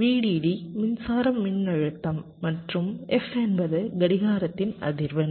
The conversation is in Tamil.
VDD மின்சாரம் மின்னழுத்தம் மற்றும் f என்பது கடிகாரத்தின் அதிர்வெண்